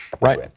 Right